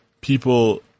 people